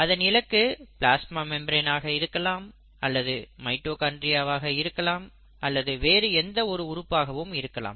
அதன் இலக்கு plasma membrane ஆக இருக்கலாம் அல்லது மைட்டோகாண்ட்ரியாவாக இருக்கலாம் அல்லது வேறு எந்த ஒரு உறுப்பாகவும் இருக்கலாம்